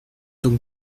donc